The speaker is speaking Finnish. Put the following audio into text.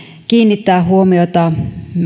kiinnittää huomiota